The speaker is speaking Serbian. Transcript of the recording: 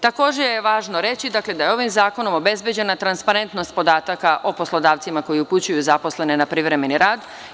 Takođe je važno reći da je ovim zakonom obezbeđena transparentnost podataka o poslodavcima koji upućuju zaposlene na privremeni rad.